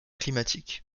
climatique